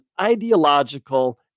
ideological